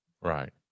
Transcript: Right